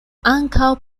ankaŭ